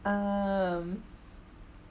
um